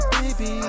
baby